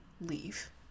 Leave